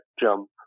jump